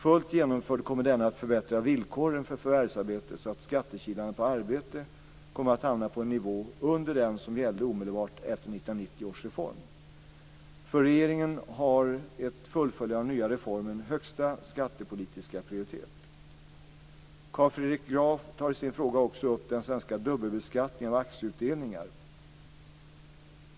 Fullt genomförd kommer denna att förbättra villkoren för förvärvsarbete så att skattekilarna på arbete kommer att hamna på en nivå under den som gällde omedelbart efter 1990 års reform. För regeringen har ett fullföljande av den nya reformen högsta skattepolitiska prioritet. Carl Fredrik Graf tar i sin fråga också upp den svenska dubbelbeskattningen av aktieutdelningar.